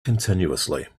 continuously